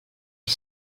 est